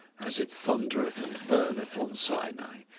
as it thundereth and burneth on sinai,